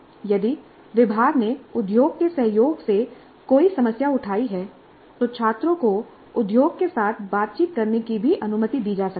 यदि विभाग ने उद्योग के सहयोग से कोई समस्या उठाई है तो छात्रों को उद्योग के साथ बातचीत करने की भी अनुमति दी जा सकती है